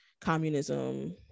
communism